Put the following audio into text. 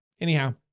Anyhow